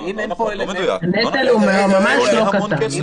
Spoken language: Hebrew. לא נכון, לא מדויק, הנטל ממש לא קטן.